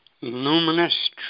luminous